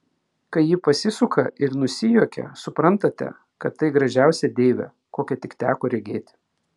kai ji pasisuka ir nusijuokia suprantate kad tai gražiausia deivė kokią tik teko regėti